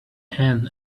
hand